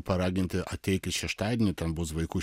paraginti ateikit šeštadienį ten bus vaikų